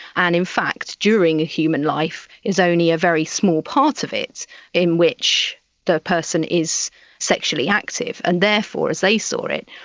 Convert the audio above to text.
and in fact during a human life there's only a very small part of it in which the person is sexually active, and therefore as they saw it,